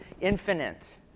infinite